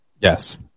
Yes